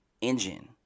engine